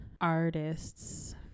artists